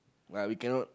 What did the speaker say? but we cannot